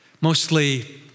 Mostly